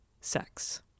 sex